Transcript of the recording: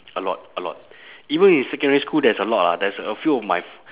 a lot a lot even in secondary school there's a lot ah there's a few of my